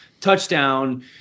touchdown